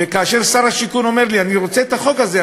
וכאשר שר השיכון אומר לי: אני רוצה את החוק הזה,